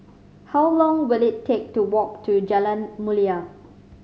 how long will it take to walk to Jalan Mulia